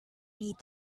need